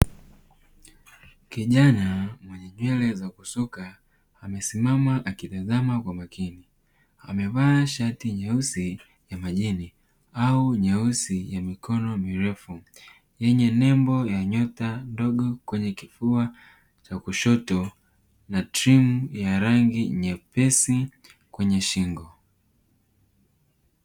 Kijana mwenye nywele za kusuka amesimama akitazama kwa makini, amevaa shati nyeusi ya majini au nyeusi yenye mikono mirefu, yenye nembo ya nyota ndogo kwenye kifua cha kushoto na trim ya rangi nyepesi kwenye shingo.